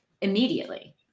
immediately